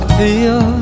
feel